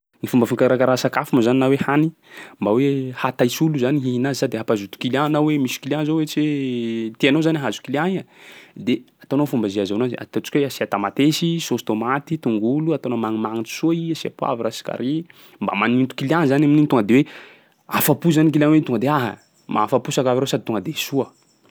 Ny fomba fikarakarà sakafo moa zany na hany mba hoe hahataitsy olo zany hihina azy sady hampazoto client anao hoe misy client zao ohatsy hoe tianao zany hahazo client iha, de ataonao fomba zay ahazoana azy. De ataontsika hoe asia tamatesy, saosy tômaty, tongolo, ataonao magnimagnitsy soa i, asia poivre, asia carry. mba maninto client zany amin'igny tonga de hoe afa-po zany client hoe tonga de: aha! mahafa-po sakafo reo sady tonga de soa.